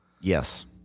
Yes